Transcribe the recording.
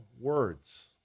words